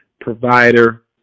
provider